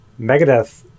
megadeth